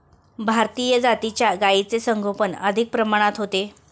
भारतीय जातीच्या गायींचे संगोपन अधिक प्रमाणात होते